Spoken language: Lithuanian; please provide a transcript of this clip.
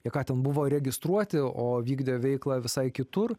jie ką ten buvo registruoti o vykdė veiklą visai kitur